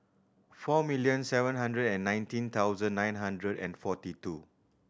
four million seven hundred and nineteen thousand nine hundred and forty two